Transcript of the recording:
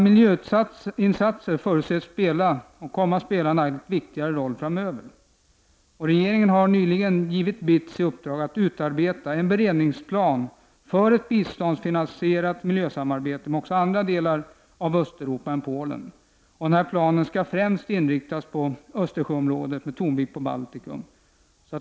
Miljöinsatser förutses spela en allt viktigare roll framöver. Regeringen har nyligen givit BITS i uppdrag att utarbeta en beredningsplan för ett biståndsfinansierat miljösamarbete med också andra länder i Östeuropa än Polen. Planen skall främst inriktas mot Östersjöområdet med tonvikt på Baltikum.